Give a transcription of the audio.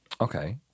Okay